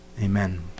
Amen